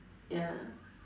ya